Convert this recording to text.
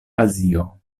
azio